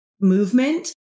movement